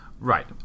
Right